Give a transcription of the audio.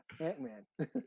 ant-man